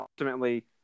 ultimately